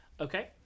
Okay